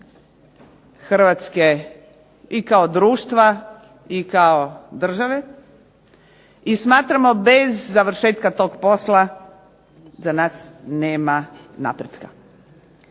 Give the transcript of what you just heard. Hrvatske i kao društva i kao države i smatramo bez završetka tog posla za nas nema napretka.